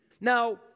Now